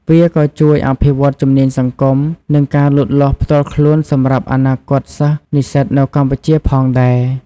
វាក៏ជួយអភិវឌ្ឍជំនាញសង្គម និងការលូតលាស់ផ្ទាល់ខ្លួនសម្រាប់អនាគតសិស្សនិស្សិតនៅកម្ពុជាផងដែរ។